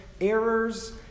errors